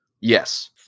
Yes